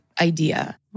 idea